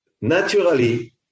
Naturally